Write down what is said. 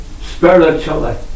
spiritually